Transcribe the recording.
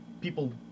People